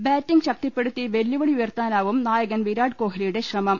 batting ശക്തിപ്പെടുത്തി വെല്ലു വിളി ഉയർത്താനാവും നായകൻ വിരാട് കോഹ്ലിയുടെ ശ്രമം